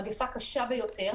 מגפה קשה ביותר,